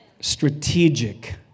Strategic